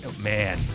man